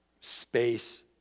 space